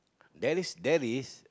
there is there is